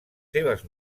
seves